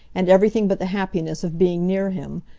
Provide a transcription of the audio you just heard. and everything but the happiness of being near him,